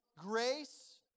Grace